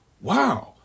Wow